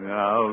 Now